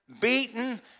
beaten